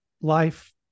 life